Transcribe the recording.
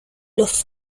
los